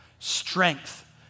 strength